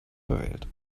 verwählt